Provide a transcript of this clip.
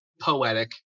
poetic